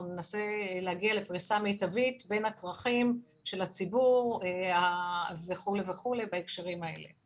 אנחנו ננסה להגיע לפריסה מיטבית בין הצרכים של הציבור בהקשרים האלה.